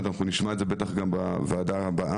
ובוודאי נשמע את זה גם בדיון הבא.